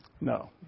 No